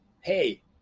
Hey